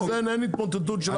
ואז אין התמוטטות של אף אחד.